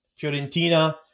Fiorentina